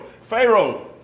Pharaoh